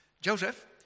Joseph